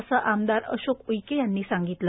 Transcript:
असे आमदार अशोक उईके यांनी सांगितले